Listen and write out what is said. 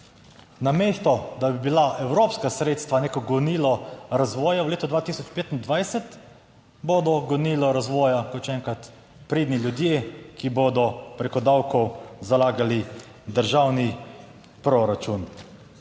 namesto da bi bila evropska sredstva neko gonilo razvoja v letu 2025, bodo gonilo razvoja, kot še enkrat, pridni ljudje, ki bodo preko davkov zalagali državni proračun.